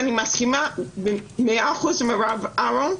אני מסכימה ב-100 אחוז עם הרב אהרון,